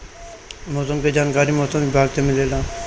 मौसम के जानकारी मौसम विभाग से मिलेला?